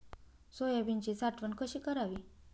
सोयाबीनची साठवण कशी करावी?